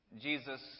Jesus